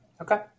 Okay